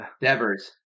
Devers